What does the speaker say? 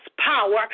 power